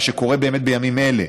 מה שקורה באמת בימים אלה,